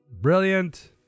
Brilliant